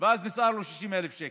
ואז נשאר לו 60,000 שקלים.